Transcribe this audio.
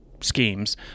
Schemes